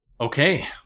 Okay